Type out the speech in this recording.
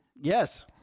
Yes